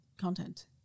content